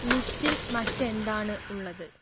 ലിസ്റ്റിൽ മറ്റെന്താണ് ഉള്ളത്